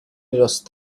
lost